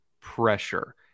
pressure